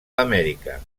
amèrica